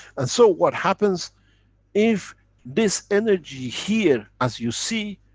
and so what happens if this energy here, as you see,